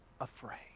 afraid